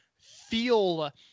feel